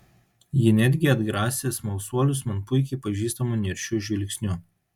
ji netgi atgrasė smalsuolius man puikiai pažįstamu niršiu žvilgsniu